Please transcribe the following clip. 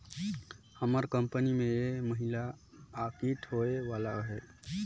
हमर कंपनी में ए महिना आडिट होए वाला अहे